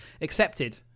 accepted